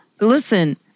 listen